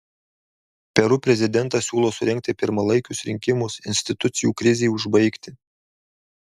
peru prezidentas siūlo surengti pirmalaikius rinkimus institucijų krizei užbaigti